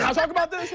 um talk about this!